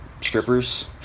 strippers